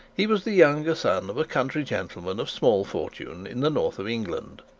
he was the younger son of a country gentleman of small fortune in the north of england.